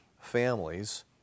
families